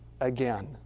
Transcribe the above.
again